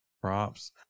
Props